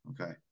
Okay